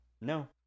No